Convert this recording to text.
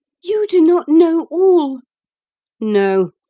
you do not know all no,